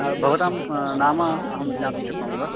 भवतां नाम अहं ज्ञातुं शक्नोमि वा